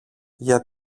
για